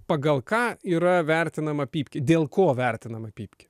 pagal ką yra vertinama pypkė dėl ko vertinama pypkė